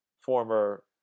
former